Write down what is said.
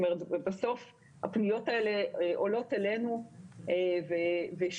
בסוף הפניות האלה עולות אלינו ושוב,